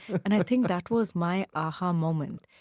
and i think that was my aha moment,